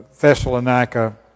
Thessalonica